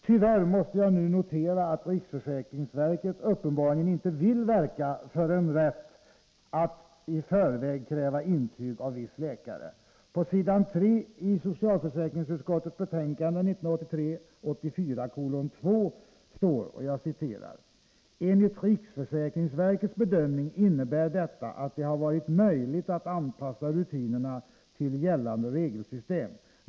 Tyvärr måste jag nu notera att riksförsäkringsverket uppenbarligen inte vill verka för en rätt att i förväg kräva intyg av viss läkare. På s. 3 i socialförsäkringsutskottets betänkande 1983/84:2 står nämligen: ”Enligt riksförsäkringsverkets bedömning innebär detta att det har varit möjligt att anpassa rutinerna till det gällande regelsystemet.